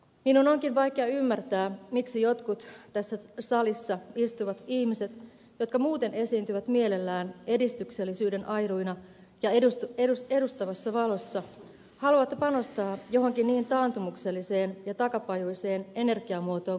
minun onkin vaikea ymmärtää miksi jotkut tässä salissa istuvat ihmiset jotka muuten esiintyvät mielellään edistyksellisyyden airuina ja edustavassa valossa haluavat panostaa johonkin niin taantumukselliseen ja takapajuiseen energiamuotoon kuin ydinvoima